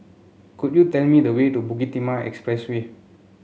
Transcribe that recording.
could you tell me the way to Bukit Timah Expressway